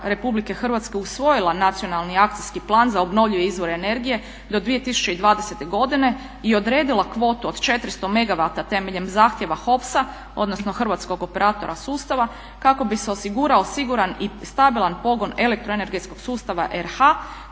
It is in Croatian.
Republike Hrvatske usvojila Nacionalni akcijski plan za obnovljive izvore energije do 2020. godine i odredila kvotu od 400 megavata temeljem zahtjeva HOPS-a odnosno Hrvatskog operatora sustava kako bi se osigurao siguran i stabilan pogon elektroenergetskog sustava RH